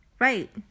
right